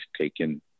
taken